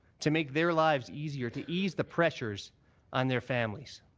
to make their lives easier, to ease the pressures on their families.